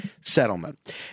settlement